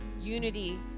unity